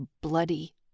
bloody